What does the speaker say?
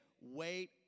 wait